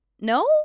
no